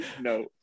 No